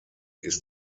ist